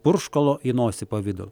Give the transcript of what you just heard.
purškalo į nosį pavidalu